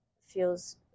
feels